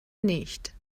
nicht